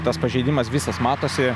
tas pažeidimas visas matosi